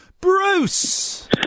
Bruce